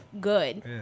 good